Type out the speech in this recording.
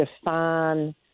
define